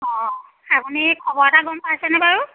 অঁ আপুনি খবৰ এটা গম পাইছেনে বাৰু